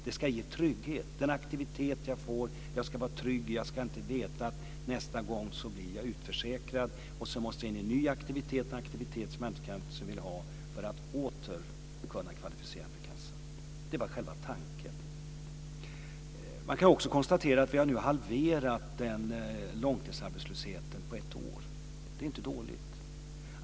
Den ska ge trygghet. Man ska vara trygg i den aktivitet som man får och ska inte riskera att bli utförsäkrad och överförd till en ny aktivitet - som man kanske inte vill ha - för att återigen kunna kvalificera sig till a-kassan. Det var tanken med åtgärden. Man kan också konstatera att vi nu har halverat långtidsarbetslösheten på ett år. Det är inte dåligt.